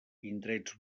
indrets